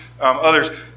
others